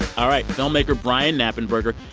all right. filmmaker brian knappenberger.